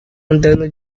andando